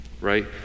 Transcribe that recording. right